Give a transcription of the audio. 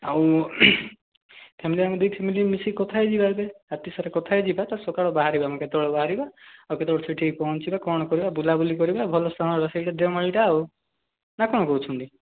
ଆଉ ଫ୍ୟାମିଲି ଆମେ ଦୁଇ ଫ୍ୟାମିଲି ମିଶିକି କଥା ହୋଇଯିବା ଯେ ରାତିସାରା କଥା ହୋଇଯିବା ତ ସକାଳୁ ବାହାରିବା ଆମେ କେତେବେଳେ ବାହାରିବା ଆଉ କେତେବେଳେ ସେଠି ପହଞ୍ଚିବା କ'ଣ କରିବା ବୁଲାବୁଲି କରିବା ଭଲ ସ୍ଥାନଟା ସେଇଟା ଦେଓମାଳିଟା ଆଉ ନା କ'ଣ କହୁଛନ୍ତି